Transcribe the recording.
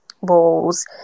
walls